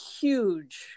huge